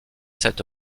cette